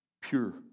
pure